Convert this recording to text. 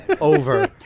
Over